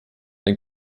ein